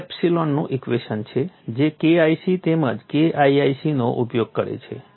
આ એલિપ્સનું ઇક્વેશન છે જે KIC તેમજ KIIC નો ઉપયોગ કરે છે